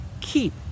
keep